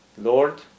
lord